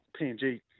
PNG